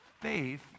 Faith